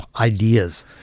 ideas